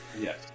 Yes